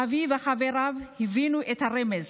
אבי וחבריו הבינו את הרמז